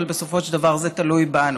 אבל בסופו של דבר זה תלוי בנו,